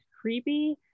creepy